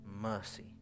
mercy